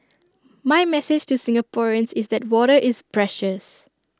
my message to Singaporeans is that water is precious